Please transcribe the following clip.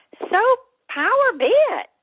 so power be yeah it.